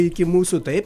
iki mūsų taip